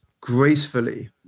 gracefully